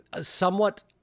somewhat